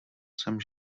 jsem